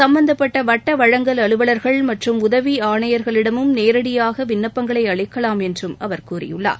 சும்மந்தப்பட்ட வட்ட வழங்கல் அலுவலர்கள் மற்றும் உதவி ஆணையர்களிடமும் நேரடியாக விண்ணப்பங்களை அளிக்கலாம் என்று அவர் கூறியுள்ளார்